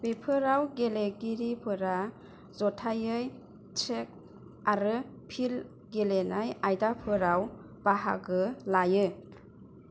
बेफोराव गेलेगिरिफोरा जथायै ट्रेक आरो फिल्ड गेलेनाय आयदाफोराव बाहागो लायो